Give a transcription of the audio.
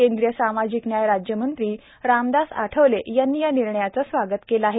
केंद्रीय सामाजिक न्याय राज्यमंत्री रामदास आठवले यांनी या निर्णयाचं स्वागत केलं आहे